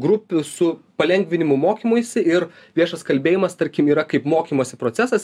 grupių su palengvinimu mokymuisi ir viešas kalbėjimas tarkim yra kaip mokymosi procesas